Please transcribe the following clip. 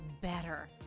better